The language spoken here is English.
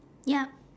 yup